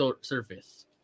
surface